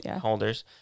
holders